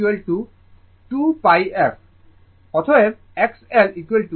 অতএব X L 2πf L